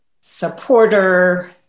supporter